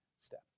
step